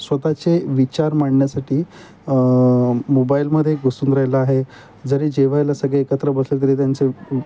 स्वत चे विचार मांडण्यासाठी मोबाईलमध्ये घुसून राहिला आहे जरी जेवायला सगळे एकत्र बसले तरी त्यांचे